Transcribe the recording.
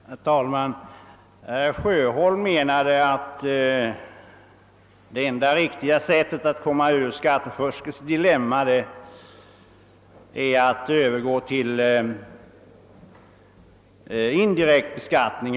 Herr talman! Herr Sjöholm tycks anse att det enda riktiga sättet att komma ur skattefuskets dilemma är att i ökad omfattning övergå till indirekt beskattning.